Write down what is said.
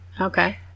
Okay